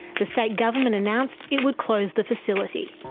the state government announced it would close the facility.